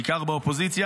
בעיקר באופוזיציה,